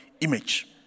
image